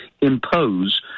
impose